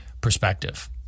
perspective